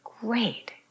great